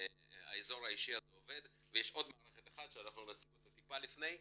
האזור האישי הזה עובד ויש עוד מערכת אחת שנציג אותה לפני,